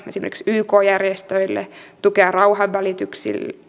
esimerkiksi yk järjestöille tuella rauhanvälitykselle